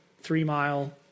three-mile